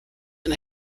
and